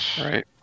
right